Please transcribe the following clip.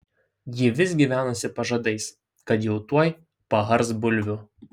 ji vis gyvenusi pažadais kad jau tuoj paars bulvių